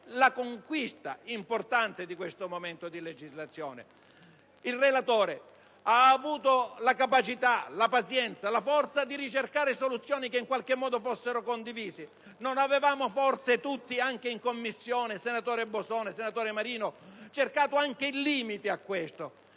la conquista importante di questo momento di legislazione. Il relatore ha avuto la capacità, la pazienza, la forza di ricercare soluzioni in qualche modo condivise. Non avevamo forse anche in Commissione, senatore Bosone, senatore Marino, cercato tutti il limite,